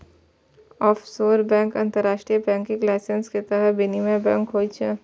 offshore bank अंतरराष्ट्रीय banking licence के तहत विनियमित बैंक होइ छै